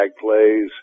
plays